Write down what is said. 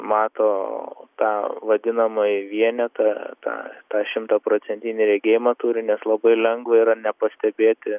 mato tą vadinamąjį vienetą tą tą šimtaprocentinį regėjimą turi nes labai lengva yra nepastebėti